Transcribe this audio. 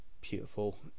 beautiful